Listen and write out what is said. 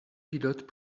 pilotes